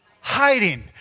hiding